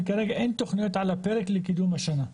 וכרגע אין תכניות על הפרק לקידום השנה.